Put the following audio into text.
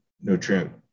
nutrient